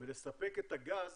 ולספק את הגז